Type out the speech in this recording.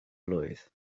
blwydd